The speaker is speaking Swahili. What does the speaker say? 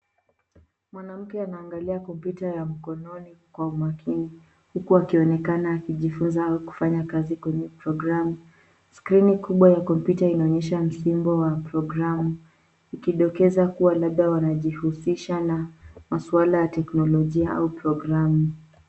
Mwanamke anaangalia kompyuta ya mkononi kwa umakini huku akionekana akijifunza au kufanya kazi kwenye programu. Skrini kubwa ya kompyuta inaonyesha msibo wa programu, ikidokeza kuwa labda wanajihusisha na masuala ya teknolojia au programu.